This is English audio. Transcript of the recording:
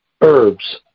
herbs